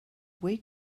way